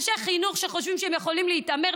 אנשי חינוך שחושבים שהם יכולים להתעמר,